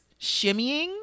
shimmying